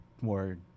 more